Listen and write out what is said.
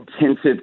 intensive